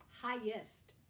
highest